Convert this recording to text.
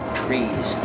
trees